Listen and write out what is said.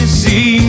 see